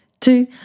two